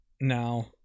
now